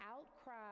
outcry